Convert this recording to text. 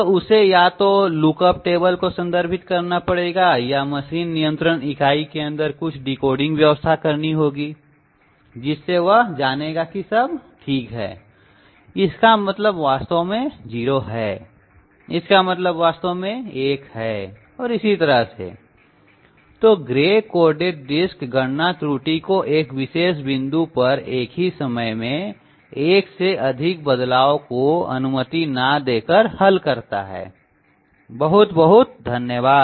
तो उसे या तो लुकअप टेबल को संदर्भित करना पड़ेगा या मशीन नियंत्रण इकाई के अंदर कुछ डिकोडिंग व्यवस्था होनी चाहिए जिससे वह जानेगा कि सब ठीक है इसका मतलब वास्तव में 0 है इसका मतलब वास्तव में 1 है और इसी तरह तो ग्रे कोडेड डिस्क गणना त्रुटि को एक विशेष बिंदु पर एक ही समय में एक से अधिक बदलाव को अनुमति ना देकर हल करता है बहुत बहुत धन्यवाद